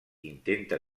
intenta